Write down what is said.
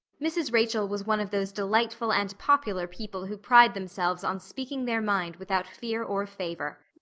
mrs. rachel was one of those delightful and popular people who pride themselves on speaking their mind without fear or favor.